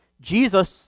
Jesus